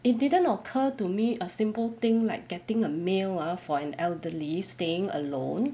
it didn't occur to me a simple thing like getting a mail ah for an elderly staying alone